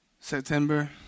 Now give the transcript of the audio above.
September